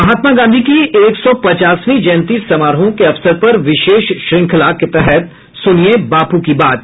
महात्मा गांधी की एक सौ पचासवीं जयंती समारोहों के अवसर पर विशेष श्रंखला के तहत सुनिये बापू की बात